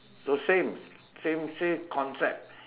so same same say concept